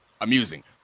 amusing